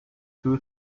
two